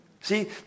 See